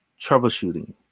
troubleshooting